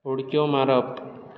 उडक्यो मारप